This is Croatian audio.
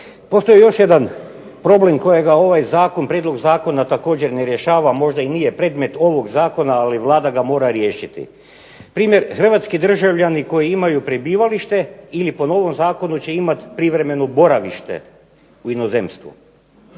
Postoji još jedan problem kojega ovaj zakon, prijedlog zakona također ne rješava, možda i nije predmet ovog zakona, ali Vlada ga mora riješiti. Primjer, hrvatski državljani koji imaju prebivalište ili po novom zakonu će imat privremeno boravište u inozemstvu